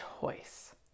choice